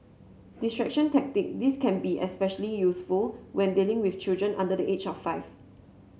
distraction tactic this can be especially useful when dealing with children under the age of five